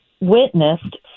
witnessed